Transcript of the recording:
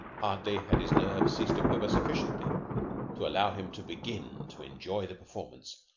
hardly had his nerves ceased to quiver sufficiently to allow him to begin to enjoy the performance,